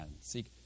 seek